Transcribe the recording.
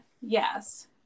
Yes